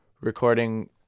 recording